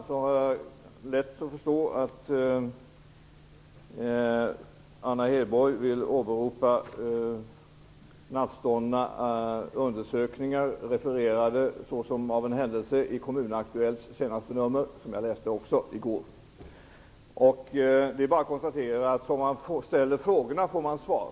Jag har vidare lätt att förstå att Anna Hedborg vill åberopa nattståndna undersökningar refererade såsom av en händelse i Kommun Aktuellts senaste nummer, som också jag läste i går. Det är bara att konstatera att som man ställer frågorna får man svar.